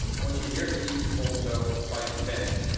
and what you here see is also type event.